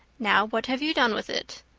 now, what have you done with it?